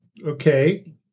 Okay